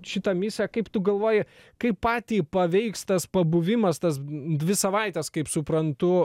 šitą misiją kaip tu galvoji kaip patį paveiks tas pabuvimas tas dvi savaites kaip suprantu